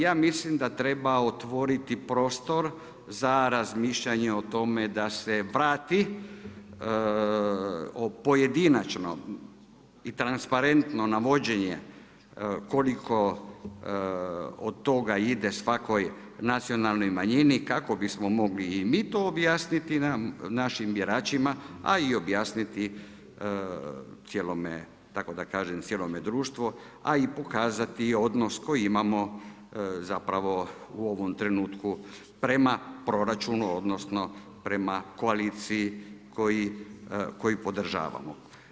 Ja mislim da treba otvoriti prostor za razmišljanje o tome da se vrati pojedinačno i transparentno na vođenje koliko od toga ide svakoj nacionalnoj manjini kako bismo mogli i mi to objasniti i našim biračima a i objasniti cijelome društvu a i pokazati odnos koji imami zapravo u ovom trenutku prema proračunu odnosno prema koaliciji koji podržavamo.